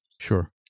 Sure